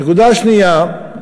הנקודה השנייה היא